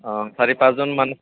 অঁ চাৰি পাঁচজন মানুহ